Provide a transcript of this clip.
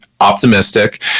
optimistic